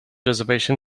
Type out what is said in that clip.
reservation